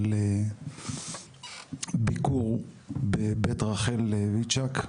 על ביקור בבית רחל איצ'ק,